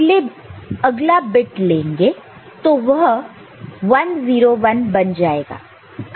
अब हम अगला बिट लेंगे तो अब वह 1 0 1 बन जाएगा